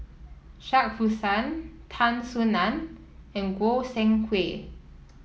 Shah Hussain Tan Soo Nan and Goi Seng Hui